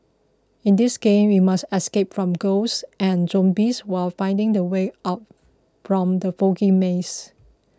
in this game you must escape from ghosts and zombies while finding the way out from the foggy maze